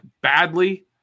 badly